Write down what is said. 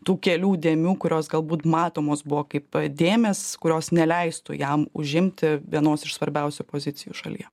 tų kelių dėmių kurios galbūt matomos buvo kaip dėmės kurios neleistų jam užimti vienos iš svarbiausių pozicijų šalyje